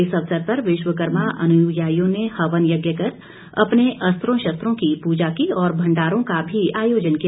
इस अवसर पर विश्वकर्मा अनुयायियों ने हवन यज्ञ कर अपने अस्त्रों शस्त्रों की पूजा की और भंडारों का भी आयोजन किया